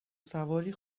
سواری